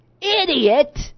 idiot